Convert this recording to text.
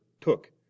took